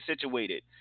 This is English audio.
situated